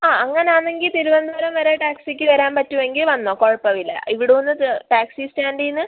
ആ അങ്ങനെ ആണെങ്കിൽ തിരുവനന്തപുരം വരെ ടാക്സിക്ക് വരാൻ പറ്റുവെങ്കിൽ വന്നോ കുഴപ്പമില്ല ഇവിടുന്ന് അത് ടാക്സി സ്റ്റാൻഡിൽ നിന്ന്